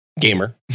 Gamer